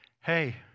hey